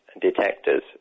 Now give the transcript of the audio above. detectors